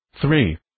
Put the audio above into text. Three